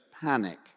panic